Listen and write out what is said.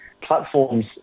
platforms